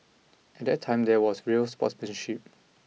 at that time there was real sportsmanship